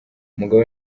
umugaba